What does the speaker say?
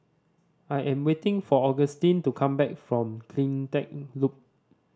I am waiting for Augustin to come back from Cleantech Loop